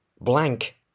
blank